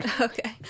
Okay